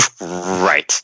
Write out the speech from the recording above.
right